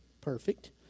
Perfect